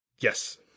Yes